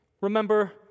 Remember